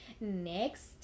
next